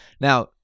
Now